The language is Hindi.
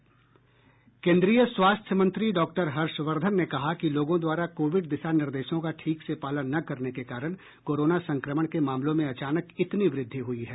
केन्द्रीय स्वास्थ्य मंत्री हर्षवर्धन ने कहा कि लोगों द्वारा कोविड दिशा निर्देशों का ठीक से पालन न करने के कारण कोरोना संक्रमण के मामलों में अचानक इतनी वृद्धि हुई है